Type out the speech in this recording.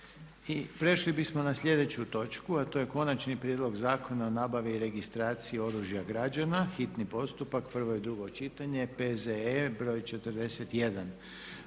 Željko (HDZ)** Sljedeći je Konačni prijedlog zakona o nabavi i registraciji oružja građana, hitni postupak, prvo i drugo čitanje, P.Z.E. br. 41.